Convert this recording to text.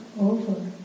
over